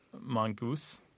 Mongoose